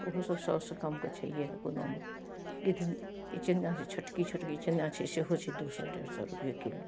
ओहोसब सबसँ कमके छैहे नहि कोनो नहि गिधनी इचना जे छोटकी छोटकी इचना छै सेहो छै दुइ सओ डेढ़ सओ रुपैए किलो